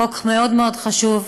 זה חוק מאוד מאוד חשוב,